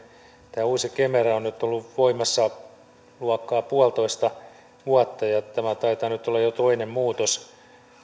tämä uusi kemera on nyt ollut voimassa luokkaa puolitoista vuotta ja tämä taitaa nyt olla jo toinen muutos